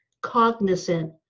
cognizant